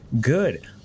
good